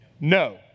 no